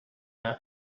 their